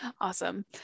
Awesome